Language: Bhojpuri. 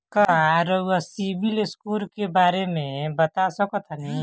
का रउआ सिबिल स्कोर के बारे में बता सकतानी?